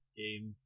game